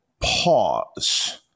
pause